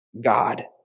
God